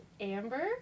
Amber